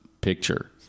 picture